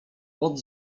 pot